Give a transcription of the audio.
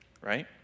right